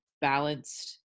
balanced